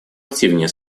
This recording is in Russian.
активнее